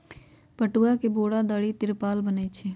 पटूआ से बोरा, दरी, तिरपाल बनै छइ